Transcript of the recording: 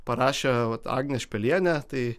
parašė vat agnė špėlienė tai